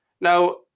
Now